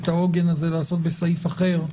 ואת העוגן הזה לעשות בסעיף אחר.